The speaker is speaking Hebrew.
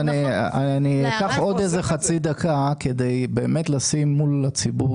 אני אסביר בחצי דקה כדי לשים מול הציבור